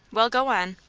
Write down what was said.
well, go on!